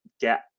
get